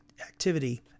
activity